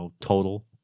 total